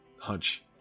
hunch